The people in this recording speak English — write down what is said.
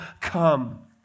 come